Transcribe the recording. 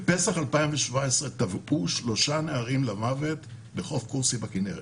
בו טבעו למוות שלושה נערים בחוף כורסי בכינרת.